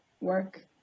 work